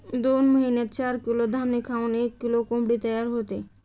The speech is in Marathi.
दोन महिन्यात चार किलो धान्य खाऊन एक किलो कोंबडी तयार होते